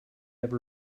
have